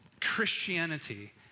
Christianity